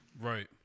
Right